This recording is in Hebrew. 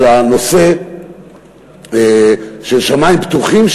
על הנושא של שמים פתוחים,